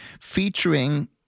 featuring